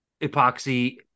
epoxy